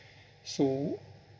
so